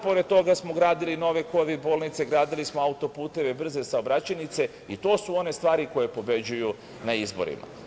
Pored toga, gradili smo i nove kovid bolnice, gradili smo autoputeve, brze saobraćajnice i to su one stvari koje pobeđuju na izborima.